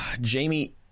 Jamie